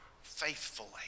faithfully